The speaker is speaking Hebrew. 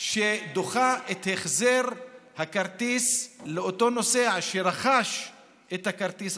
שדוחה את החזר הכסף לאותו נוסע שרכש את הכרטיס,